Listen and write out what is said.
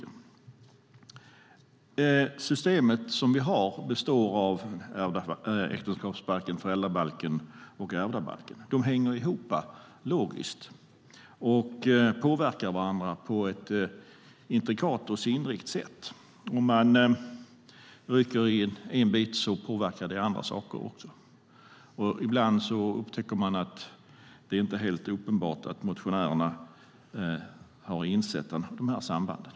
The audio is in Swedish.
Det system som vi har består av äktenskapsbalken, föräldrabalken och ärvdabalken. De hänger logiskt ihop och påverkar varandra på ett intrikat och sinnrikt sätt. Om man rycker i en bit påverkar det andra saker också. Ibland upptäcker man att det inte är helt uppenbart att motionärerna har insett de här sambanden.